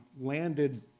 landed